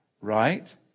Right